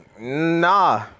Nah